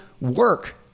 work